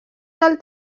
del